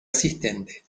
asistente